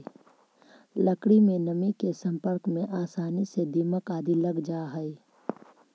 लकड़ी में नमी के सम्पर्क में आसानी से दीमक आदि लग जा हइ